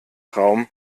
raum